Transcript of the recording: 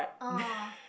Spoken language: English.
oh